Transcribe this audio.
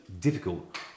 difficult